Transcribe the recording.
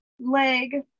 leg